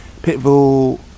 pitbull